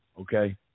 Okay